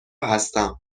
هستم